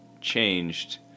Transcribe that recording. changed